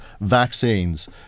vaccines